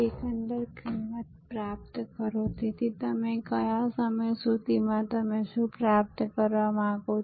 તમે બધા આ સેવા વિશે જાણો છો મૂળભૂત રીતે આ સેવા તમારા ઘરેથી તાજું રાંધેલું જમવાનું એકત્રિત કરે છે અને બોમ્બેના બીજા છેડે પહોંચાડે છે જે બોમ્બેના લોકો મોટે ભાગે ઉપનગરોમાં રહે છે